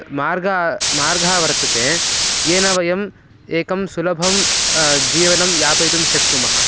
मार्गः मार्गः वर्तते येन वयम् एकं सुलभं जीवनं यापयितुं शक्नुमः